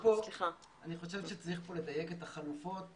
אני חושב שצריך לדייק פה את החלופות.